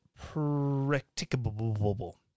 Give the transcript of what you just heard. practicable